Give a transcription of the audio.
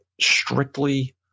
strictly